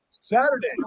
Saturday